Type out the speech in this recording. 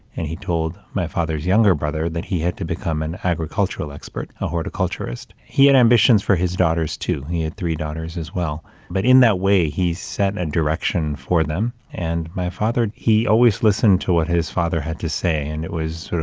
and he told my father's younger brother that he had to become an agricultural expert, a horticulturist. he had ambitions for his daughters too, he had three daughters as well. but in that way, he set a direction for them. and my father, he always listened to what his father had to say. and it was, sort of